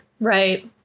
Right